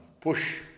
push